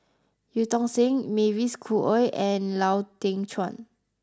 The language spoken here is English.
Eu Tong Sen Mavis Khoo Oei and Lau Teng Chuan